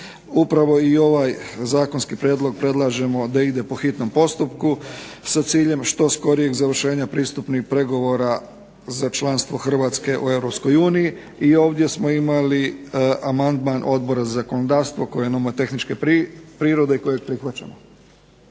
Upravo i ovaj zakonski prijedlog predlažemo da ide po hitnom postupku sa ciljem što skorijeg završenja pristupnih pregovora za članstvo Hrvatske u Europskoj uniji. I ovdje smo imali amandman Odbora za zakonodavstvo koje je nomotehničke prirode kojeg prihvaćamo.